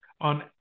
on